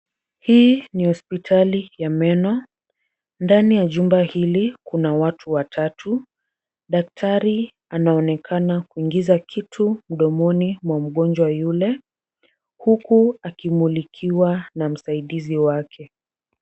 Hii ni hospitali ya meno ndani ya jumba hili kuna watu watatu. Daktari anaonekana kuingiza kitu mdomoni mwa mgonjwa yule huku akimulikiwa na msaidizi wake.